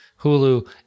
Hulu